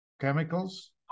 chemicals